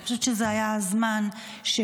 אני חושבת שזה היה זמן שבזבזנו,